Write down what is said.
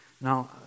Now